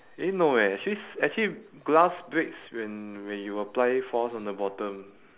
eh no eh actually s~ actually glass beds when when you apply force on the bottom